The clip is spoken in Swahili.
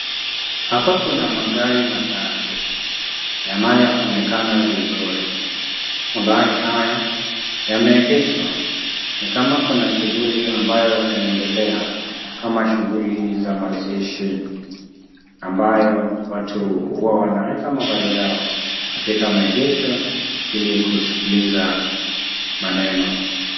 Hapa kuna magari matatu yanayoonekana vizuri. Magari haya yameegeshwa ni kama kuna shughuli ambayo yanaendelea kama shughuli za mazishi ambayo watu huwa wanaweka magari yao katika maegesho ili kusikiliza maneno.